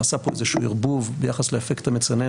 נעשה פה איזשהו ערבוב ביחס לאפקט המצנן